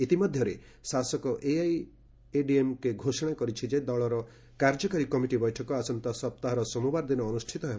ଇତିମଧ୍ୟରେ ଶାସକ ଏଆଇଏଡିଏମ୍କେ ଘୋଷଣା କରିଛି ଯେ ଦଳର କାର୍ଯ୍ୟକାରୀ କମିଟି ବୈଠକ ଆସନ୍ତା ସପ୍ତାହର ସୋମବାର ଦିନ ଅନୁଷ୍ଠିତ ହେବ